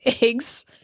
eggs